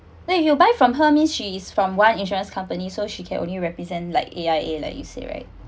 then if you buy from her mean she's from one insurance company so she can only represent like A_I_A like you say right